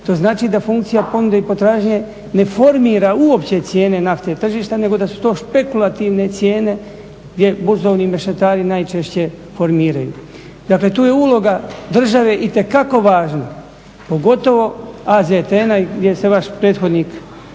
to znači da funkcija ponude i potražnje ne formira uopće cijene nafte i tržišta nego da su to špekulativne cijene gdje burzovni mešetari najčešće formiraju. Dakle, tu je uloga države itekako važna, pogotovo AZTN-a i gdje se vaš prethodnik